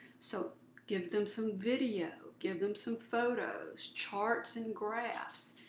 so give them some video. give them some photos. charts and graphs.